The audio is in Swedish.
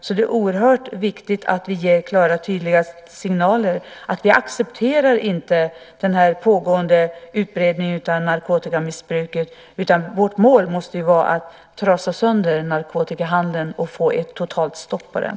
Så det är oerhört viktigt att vi ger klara och tydliga signaler om att vi inte accepterar den pågående utbredningen av narkotikamissbruket. Vårt mål måste vara att trasa sönder narkotikahandeln och få ett totalt stopp för den.